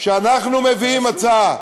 שאנחנו מביאים הצעה,